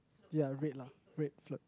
ya red lah red float